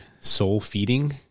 soul-feeding